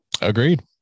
Agreed